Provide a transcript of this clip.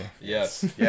Yes